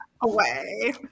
away